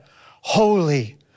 Holy